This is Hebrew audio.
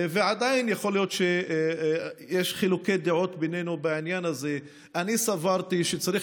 ועדיין יכול להיות שיש חילוקי דעות בינינו בעניין הזה: אני סברתי שצריך